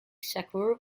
shakur